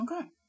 Okay